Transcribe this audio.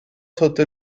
sotto